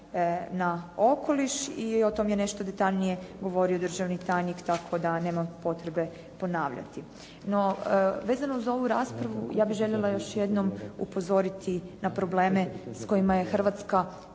na okoliš i o tome je nešto detaljnije govorio državni tajnik tako da nemam potrebe ponavljati. No, vezano uz ovu raspravu ja bih željela još jednom upozoriti na probleme s kojima je Hrvatska